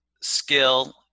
skill